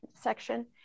section